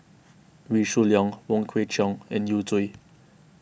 Wee Shoo Leong Wong Kwei Cheong and Yu Zhuye